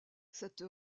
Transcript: cette